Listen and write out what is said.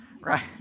right